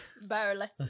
Barely